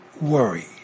worry